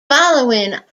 following